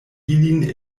ilin